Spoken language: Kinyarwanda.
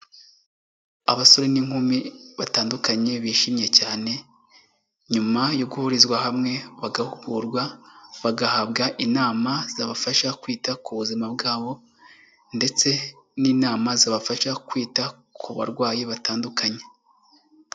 Abasore n'inkumi batandukanye bishimye cyane nyuma yo guhurizwa hamwe bagahugurwa, bagahabwa inama zabafasha kwita ku buzima bwabo ndetse n'inama zabafasha kwita ku barwayi batandukanye.